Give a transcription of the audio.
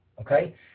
Okay